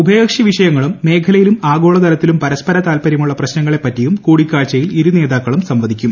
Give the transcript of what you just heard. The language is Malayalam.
ഉഭയകക്ഷി വിഷയങ്ങളും മേഖലയിലും ആഗോളതലത്തിലും പരസ്പര താൽപര്യമുള്ള പ്രശ്നങ്ങളെപ്പറ്റിയും കൂടിക്കാഴ്ചയിൽ ഇരു നേതാക്കളും സംവദിക്കും